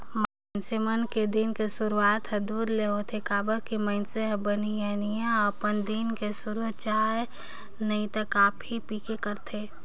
मइनसे मन के दिन के सुरूआत हर दूद ले होथे काबर की मइनसे हर बिहनहा अपन दिन के सुरू चाय नइ त कॉफी पीके करथे